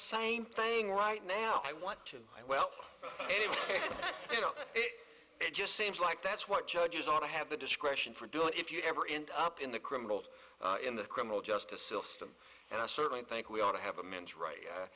same thing right now i want to well you know i just seems like that's what judges ought to have the discretion for doing if you ever end up in the criminals in the criminal justice system and i certainly think we ought to have a man's